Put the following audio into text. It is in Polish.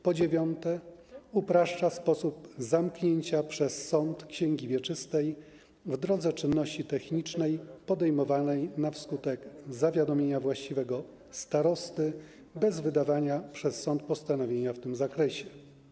Po dziewiąte, upraszcza się sposób zamknięcia przez sąd księgi wieczystej w drodze czynności technicznej podejmowanej na skutek zawiadomienia właściwego starosty bez wydawania przez sąd postanowienia w tym zakresie.